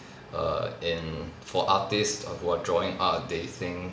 err in for artist err who are drawing art they think